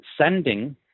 sending